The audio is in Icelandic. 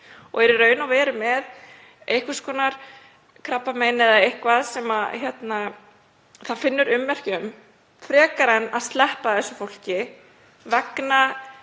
og er í raun og veru með einhvers konar krabbamein eða eitthvað sem það finnur ummerki um frekar en að sleppa þessu fólki vegna